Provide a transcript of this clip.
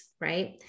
right